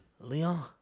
Leon